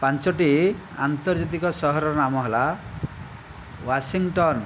ପାଞ୍ଚଟି ଆନ୍ତର୍ଜାତିକ ସହରର ନାମ ହେଲା ୱାଶିଂଟନ